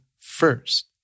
first